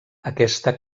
aquesta